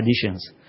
traditions